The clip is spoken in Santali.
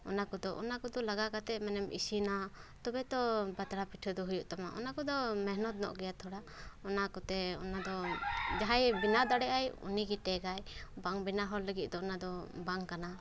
ᱚᱱᱟ ᱠᱚᱫᱚ ᱚᱱᱟ ᱠᱚᱫᱚ ᱞᱟᱜᱟᱣ ᱠᱟᱛᱮ ᱢᱟᱱᱮᱢ ᱤᱥᱤᱱᱟ ᱛᱚᱵᱮ ᱛᱚ ᱯᱟᱛᱲᱟ ᱯᱤᱴᱷᱟᱹ ᱫᱚ ᱦᱩᱭᱩᱜ ᱛᱟᱢᱟ ᱚᱱᱟ ᱠᱚᱫᱚ ᱢᱮᱦᱱᱚᱛᱚᱜ ᱧᱚᱜ ᱜᱮᱭᱟ ᱛᱷᱚᱲᱟ ᱚᱱᱟ ᱠᱚᱛᱮ ᱚᱱᱟ ᱫᱚ ᱡᱟᱦᱟᱸᱭᱮ ᱵᱮᱱᱟᱣ ᱫᱟᱲᱮᱭᱟᱜ ᱟᱭ ᱩᱱᱤᱜᱮ ᱴᱮᱠᱟᱭ ᱵᱟᱝ ᱵᱮᱱᱟᱣ ᱦᱚᱲ ᱞᱟᱜᱤᱜ ᱚᱱᱟ ᱫᱚ ᱵᱟᱝ ᱠᱟᱱᱟ